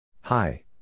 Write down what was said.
Hi